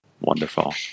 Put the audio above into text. Wonderful